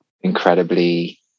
incredibly